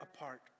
apart